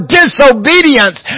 disobedience